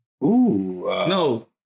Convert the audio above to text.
No